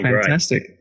fantastic